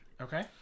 Okay